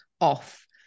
off